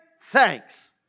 thanks